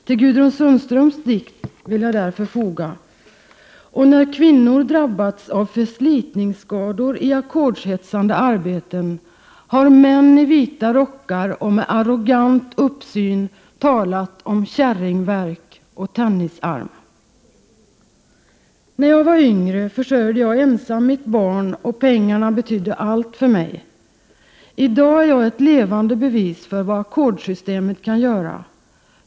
Till Gudrun Sundströms dikt vill jag därför foga: Och när kvinnor drabbats av förslitningsskador i ackordshetsande arbeten, har män i vita rockar och med arrogant uppsyn talat om ”kärringvärk” och ”tennisarm”. ”När jag var yngre försörjde jag ensam mitt barn, och pengarna betydde allt för mig. I dag är jag ett levande bevis för vad ackordssystemet kan göra.